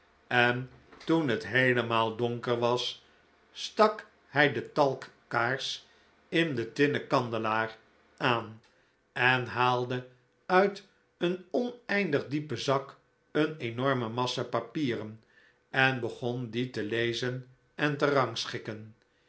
en toen het heelemaal donker was stak hij de talkkaars in den tinnen kandelaar aan en haalde uit een oneindig diepen zak een enorme massa papieren en begon die te lezen en te